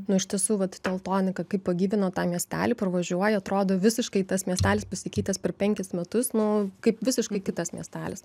nu iš tiesų vat teltonika kaip pagyvino tą miestelį parvažiuoj atrodo visiškai tas miestelis pasikeitęs per penkis metus nu kaip visiškai kitas miestelis